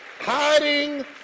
Hiding